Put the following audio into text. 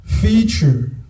feature